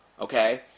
Okay